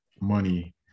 money